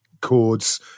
chords